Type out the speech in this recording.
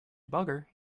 debugger